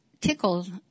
tickled